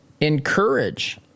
encourage